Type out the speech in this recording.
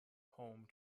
home